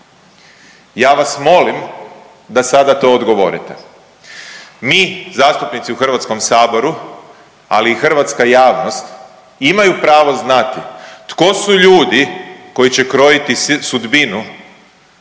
Ja vas molim da sada to odgovorite. Mi zastupnici u Hrvatskom saboru, ali i hrvatska javnost imaju pravo znati tko su ljudi koji će krojiti sudbinu